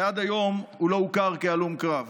ועד היום הוא לא הוכר כהלום קרב.